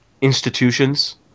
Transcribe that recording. institutions